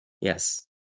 Yes